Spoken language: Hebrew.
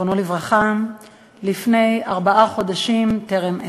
זיכרונו לברכה, לפני ארבעה חודשים, בטרם עת.